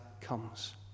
comes